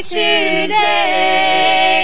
today